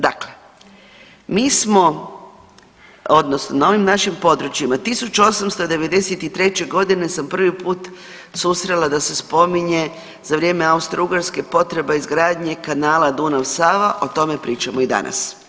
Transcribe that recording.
Dakle, mi smo odnosno na ovim našim područjima, 1893. g. sam prvi put susrela da se spominje u vrijeme Austro-Ugarske potreba izgradnje kanala Dunav-Sava, o tome pričamo i danas.